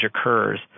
occurs